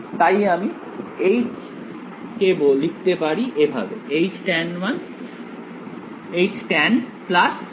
তাই আমি কে লিখতে পারি এভাবে tan normal